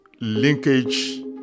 linkage